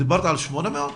דיברת על 800?